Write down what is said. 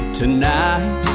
tonight